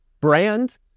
Brand